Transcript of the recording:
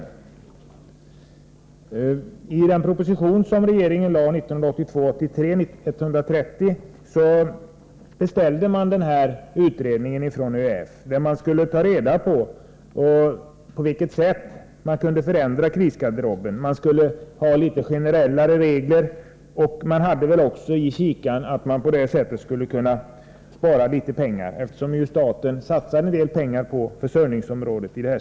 Med anledning av regeringens proposition 1982/83:130 beställdes den nämnda utredningen av ÖEF, som skulle undersöka på vilket sätt krisgarderoben skulle kunna förändras. Man önskade få något mer generella regler, och man tänkte naturligtvis att staten på det sättet skulle kunna spara litet pengar, eftersom man från statens sida satsar en hel del inom det här försörjningsområdet.